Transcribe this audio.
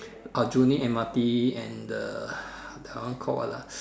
Aljunied M_R_T and the that one call what ah